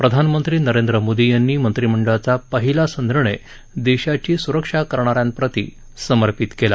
प्रधानमंत्री नरेंद्र मोदी यांनी मंत्रिमंडळाचा पहिलाच निर्णय देशाची स्रक्षा करणा यां प्रति समर्पित केला